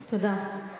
תודה.